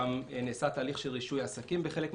נעשה גם תהליך של רישוי עסקים בחלק מהרשויות.